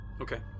Okay